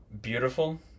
Beautiful